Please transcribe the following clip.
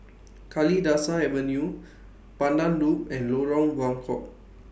Kalidasa Avenue Pandan Loop and Lorong Buangkok